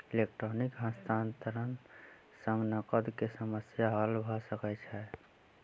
electronic हस्तांतरण सॅ नकद के समस्या हल भ सकै छै